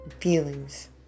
feelings